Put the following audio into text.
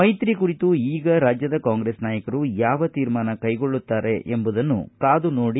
ಮೈತ್ರಿ ಕುರಿತು ಈಗ ರಾಜ್ಯದ ಕಾಂಗ್ರೆಸ್ ನಾಯಕರು ಯಾವ ತೀರ್ಮಾನ ತೆಗೆದುಕೊಳ್ಳುತ್ತಾರೆ ಎಂಬುದನ್ನು ಕಾದು ನೋಡಿ